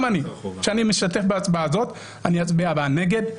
גם אני שאני משתתפת בהצבעה הזאת ואני אצביע בה נגד.